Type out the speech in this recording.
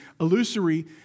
Illusory